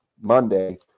Monday